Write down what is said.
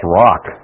rock